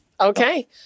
Okay